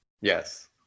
yes